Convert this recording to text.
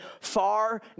far